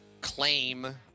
claim